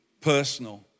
personal